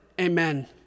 Amen